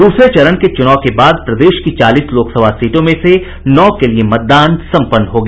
दूसरे चरण के चुनाव के बाद प्रदेश की चालीस लोकसभा सीटों में से नौ के लिए मतदान सम्पन्न हो गया